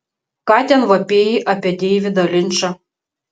ką ten vapėjai apie deividą linčą